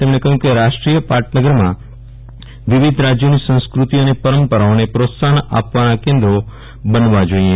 તેમણે કહ્યું કે રાષ્ટ્રીય પાટનગર માં વિવિધ રાજ્યોની સંસ્કૃતિ અને પરંપરાઓને પ્રોત્સાહન આપવાના કેન્દ્રો બનવા જોઈએ